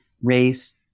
race